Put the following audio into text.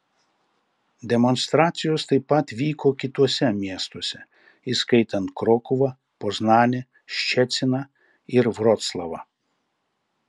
demonstracijos taip pat vyko kituose miestuose įskaitant krokuvą poznanę ščeciną ir vroclavą